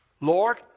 Lord